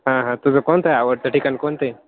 हां हां तुझं कोणतं आहे आवडतं ठिकाण कोणतं आहे